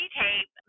tape